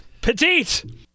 petite